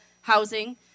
housing